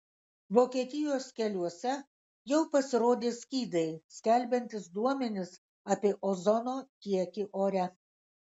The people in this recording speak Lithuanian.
vokietijos keliuose jau pasirodė skydai skelbiantys duomenis apie ozono kiekį ore